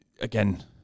again